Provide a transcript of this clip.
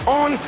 on